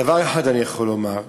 דבר אחד אני יכול לומר: